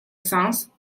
sens